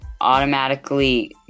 automatically